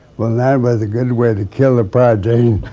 well, that was a good way to kill the project,